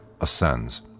ascends